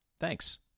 Thanks